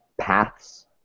paths